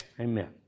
Amen